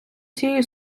цієї